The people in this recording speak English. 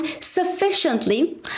sufficiently